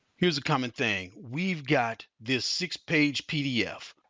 here's a common thing. we've got this six-page pdf.